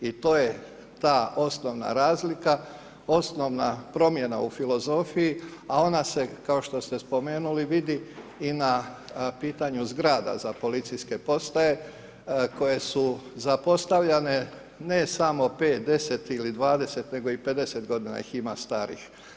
I to je ta osnovna razlika, osnovna promjena u filozofiji, a ona se, kao što ste spomenuli, vidi i na pitanju zgrada za policijske postaje koje su zapostavljane ne samo 5, 10 ili 20, nego i 50 godina ih ima starih.